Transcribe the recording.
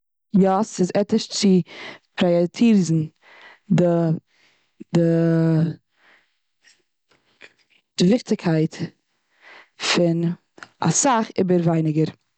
יא, ס'איז עטיש צו פרייאריטיזן די די די וויכטיגקייט פון אסאך איבער ווייניגער.